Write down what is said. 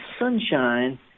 sunshine